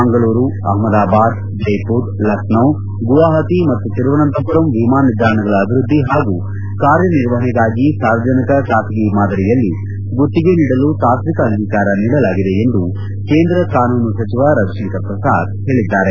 ಮಂಗಳೂರು ಅಹ್ಮದಾಬಾದ್ ಜೈಪುರ್ ಲಕ್ನೋ ಗುವಾಹತಿ ಮತ್ತು ತಿರುವನಂತಪುರಂ ವಿಮಾನ ನಿಲ್ದಾಣಗಳ ಅಭಿವೃದ್ಧಿ ಹಾಗೂ ಕಾರ್ಯ ನಿರ್ವಹಣೆಗಾಗಿ ಸಾರ್ವಜನಿಕ ಖಾಸಗಿ ಮಾದರಿಯಲ್ಲಿ ಗುತ್ತಿಗೆ ನೀಡಲು ತಾತ್ವಿಕ ಅಂಗೀಕಾರ ನೀಡಲಾಗಿದೆ ಎಂದು ಕೇಂದ್ರ ಕಾನೂನು ಸಚಿವ ರವಿಶಂಕರ್ ಪ್ರಸಾದ್ ತಿಳಿಸಿದ್ದಾರೆ